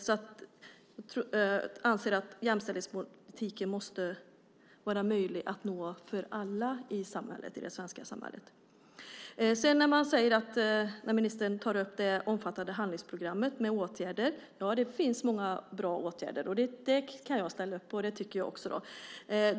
Jag anser att jämställdhetsmålen måste vara möjliga att nå för alla i det svenska samhället. Ministern tar upp det omfattande handlingsprogrammet med åtgärder. Det finns många bra åtgärder. Det kan jag ställa upp på. Det tycker jag också.